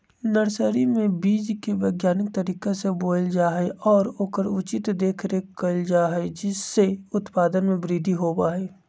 nursery में बीज के वैज्ञानिक तरीका से बोयल जा हई और ओकर उचित देखरेख कइल जा हई जिससे उत्पादन में वृद्धि होबा हई